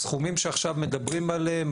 הסכומים שעכשיו מדברים עליהם,